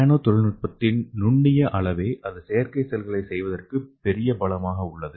நானோ தொழில்நுட்பத்தின் நுண்ணிய அளவே அது செயற்கை செல்களை செய்வதற்கு பெரிய பலமாக உள்ளது